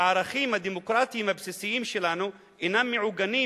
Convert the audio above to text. והערכים הדמוקרטיים הבסיסיים שלנו אינם מעוגנים